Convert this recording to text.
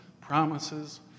promises